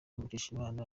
mukeshimana